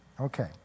Okay